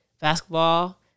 basketball